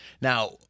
Now